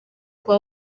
kuba